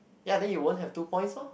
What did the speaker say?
ya then you won't have two points lor